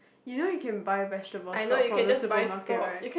you know you can buy vegetable stock from the supermarket right